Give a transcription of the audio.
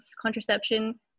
contraception